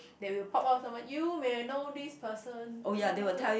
they will pop up someone you may know this person